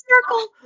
circle